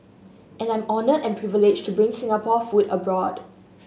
and I'm honoured and privileged to bring Singapore food abroad